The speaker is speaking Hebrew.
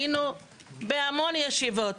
היינו בהמון ישיבות.